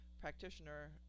practitioner